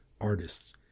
artists